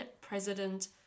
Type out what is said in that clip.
President